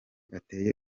ateye